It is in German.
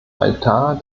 altar